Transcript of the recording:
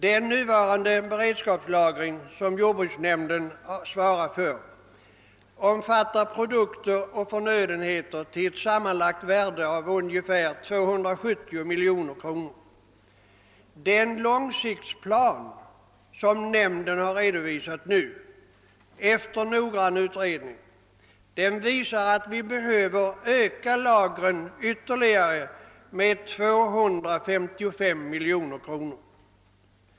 Den nuvarande beredskapslagringen, som jordbruksnämnden svarar för, omfattar produkter och förnödenheter till ett sammanlagt värde av ungefär 270 miljoner kronor. Den långsiktsplan som nämnden nu redovisar efter noggrann utredning visar att vi behöver öka lagren ytterligare med 255 miljoner kronor.